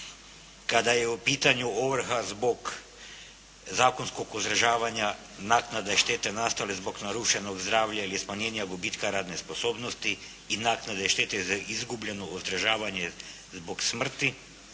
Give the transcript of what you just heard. kada je u pitanju ovrha zbog zakonskog uzdržavanja naknade i štete nastale zbog narušenog zdravlja ili smanjenja gubitka radne sposobnosti i naknade štete za izgubljeno uzdržavanje zbog smrti,